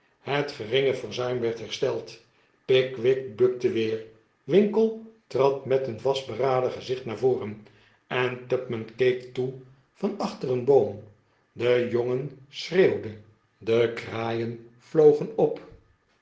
het geringe verzuim werd hersteld pickwick bukte weer winkle trad met een vastberaden gezicht naar voren en tupman keek toe van achter een boom de jongen schreeuwde de kraaien vlogen op